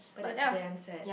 but that's damn sad